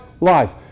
life